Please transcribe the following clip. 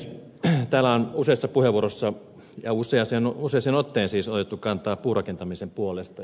täällä on useassa puheenvuorossa ja useaan otteeseen siis otettu kantaa puurakentamisen puolesta